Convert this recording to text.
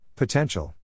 Potential